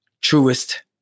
Truest